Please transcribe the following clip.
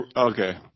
Okay